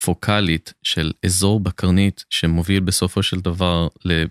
פוקאלית של אזור בקרנית שמוביל בסופו של דבר ל